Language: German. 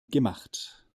gemacht